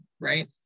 right